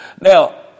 Now